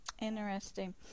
interesting